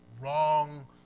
wrong